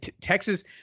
Texas